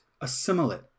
assimilate